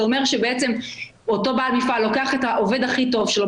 זה אומר שבעצם אותו בעל מפעל לוקח את העובד הכי טוב שלו,